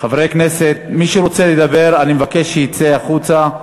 הכנסת, מי שרוצה לדבר, אני מבקש שיצא החוצה.